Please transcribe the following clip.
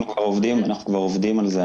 אנחנו כבר עובדים על זה.